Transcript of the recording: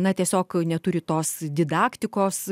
na tiesiog neturi tos didaktikos